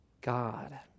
God